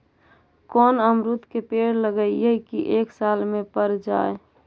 कोन अमरुद के पेड़ लगइयै कि एक साल में पर जाएं?